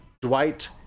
Dwight